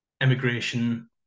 immigration